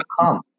come